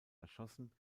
erschossen